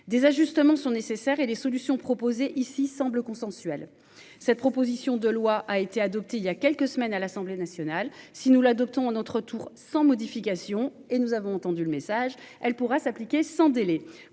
Des ajustements sont nécessaires et les solutions proposées ici semblent consensuel. Cette proposition de loi a été adoptée il y a quelques semaines à l'Assemblée nationale si nous l'adoptons notre tour sans modification. Et nous avons entendu le message, elle pourra s'appliquer sans délai